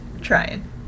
trying